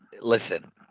Listen